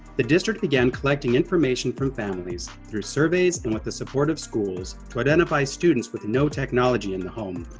the district began collecting information from families through surveys and with the support of schools, to identify students with no technology in the home.